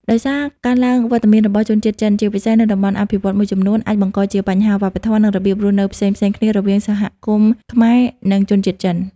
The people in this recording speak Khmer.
ដោយការកើនឡើងវត្តមានរបស់ជនជាតិចិន ជាពិសេសនៅតំបន់អភិវឌ្ឍន៍មួយចំនួន អាចបង្កជាបញ្ហាវប្បធម៌ និងរបៀបរស់នៅផ្សេងៗគ្នារវាងសហគមន៍ខ្មែរ និងជនជាតិចិន។